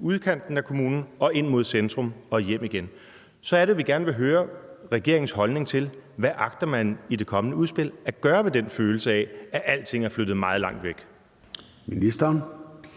udkanten af kommunen og ind mod centrum og hjem igen, så er det, vi gerne vil høre regeringens holdning til, hvad man i det kommende udspil agter at gøre ved den følelse af, at alting er flyttet meget langt væk. Kl.